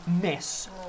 miss